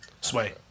Sway